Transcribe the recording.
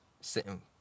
Sitting